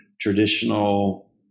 traditional